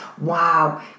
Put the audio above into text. wow